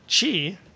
chi